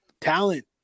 talent